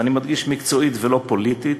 ואני מדגיש, מקצועית ולא פוליטית,